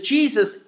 Jesus